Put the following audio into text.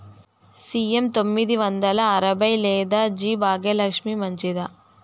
CM తొమ్మిది వందల అరవై లేదా జి భాగ్యలక్ష్మి మంచిదా?